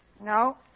No